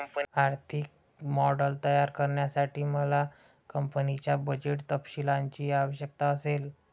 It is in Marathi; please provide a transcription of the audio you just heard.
आर्थिक मॉडेल तयार करण्यासाठी मला कंपनीच्या बजेट तपशीलांची आवश्यकता असेल